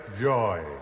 joy